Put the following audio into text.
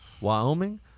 Wyoming